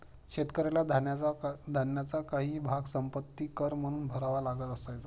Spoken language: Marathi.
शेतकऱ्याला धान्याचा काही भाग संपत्ति कर म्हणून भरावा लागत असायचा